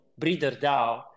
BreederDAO